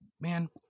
man